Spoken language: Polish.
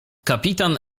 kapitan